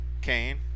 Cain